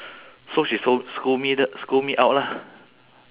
but that was the most crazy thing in